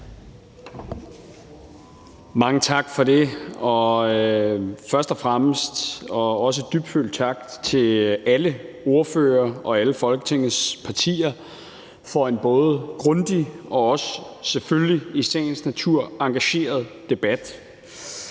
Mange tak for det. Først og fremmest en dybfølt tak til alle ordførere og alle Folketingets partier for en både grundig og selvfølgelig også i sagens natur engageret debat.